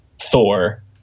Thor